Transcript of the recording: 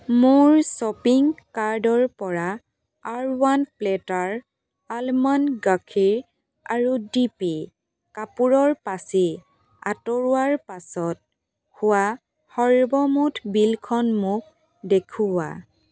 মোৰ শ্বপিং কাৰ্টৰ পৰা আৰ্বান প্লেটাৰ আলমণ্ড গাখীৰ আৰু ডিপি কাপোৰৰ পাচি আঁতৰোৱাৰ পাছত হোৱা সৰ্বমুঠ বিলখন মোক দেখুওৱা